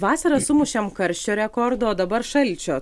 vasarą sumušėm karščio rekordą o dabar šalčio